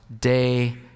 day